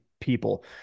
people